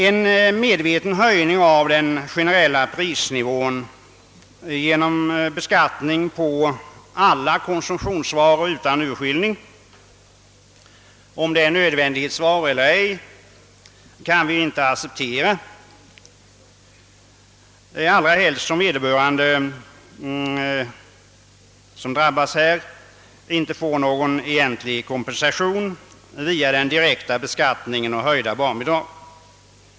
En medveten höjning av den generella prisnivån genom beskattning av alla konsumtionsvaror utan urskiljning — vare sig det gäller nödvändighetsvaror eller ej — kan vi inte acceptera, allra helst som de som drabbas inte får någon egentlig kompensation via den direkta beskattningen eller i form av höjda barnbidrag.